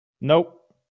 Nope